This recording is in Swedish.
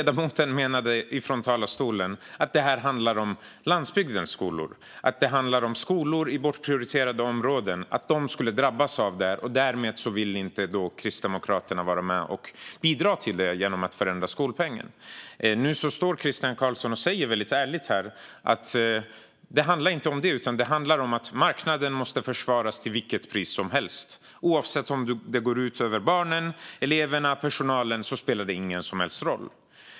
Där menade han ju att det här handlar om landsbygdens skolor och om skolor i bortprioriterade områden. Han menade att de skulle drabbas, och därför ville inte Kristdemokraterna vara med och bidra till det genom att förändra skolpengen. Nu säger Christian Carlsson väldigt ärligt att det inte handlar om det utan om att marknaden måste försvaras till vilket pris som helst. Även om det går ut över barnen, eleverna och personalen spelar det ingen som helst roll.